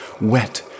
wet